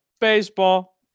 baseball